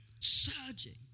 surging